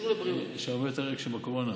הרווחה והבריאות.